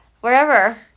wherever